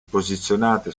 posizionate